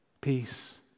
Peace